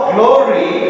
Glory